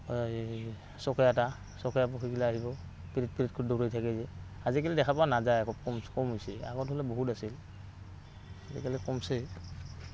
এই চকেয়েতা চকেয়া পুহি পেলাই আহিব পিৰিত পিৰিত কৰি দৌৰাই থাকে এই যে আজিকালি দেখা পোৱা নাযায় খুব কম কম হৈছে আগত হ'লে বহুত আছিল আজিকালি কমছে